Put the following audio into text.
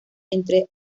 entre